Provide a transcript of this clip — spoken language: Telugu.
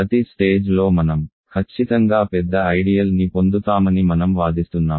ప్రతి స్టేజ్ లో మనం ఖచ్చితంగా పెద్ద ఐడియల్ ని పొందుతామని మనం వాదిస్తున్నాను